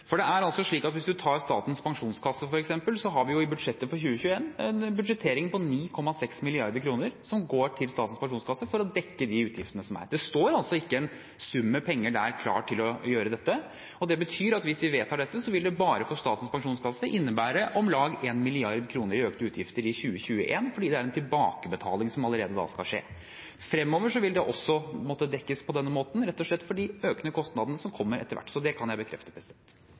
Det er altså slik at hvis man tar Statens pensjonskasse, f.eks., har vi i budsjettet for 2021 en budsjettering på 9,6 mrd. kr som går til Statens pensjonskasse for å dekke de utgiftene som er. Det står altså ikke en sum med penger der klar til å gjøre dette. Det betyr at hvis man vedtar dette, vil det bare for Statens pensjonskasse innebære om lag 1 mrd. kr i økte utgifter i 2021 fordi det er en tilbakebetaling som allerede da skal skje. Fremover vil det også måtte dekkes på denne måten, rett og slett for de økende kostnadene som kommer etter hvert. Så det kan jeg bekrefte.